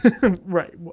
right